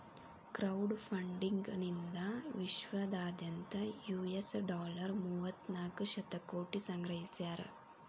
crowd funding ನಿಂದಾ ವಿಶ್ವದಾದ್ಯಂತ್ US dollar ಮೂವತ್ತನಾಕ ಶತಕೋಟಿ ಸಂಗ್ರಹಿಸ್ಯಾರ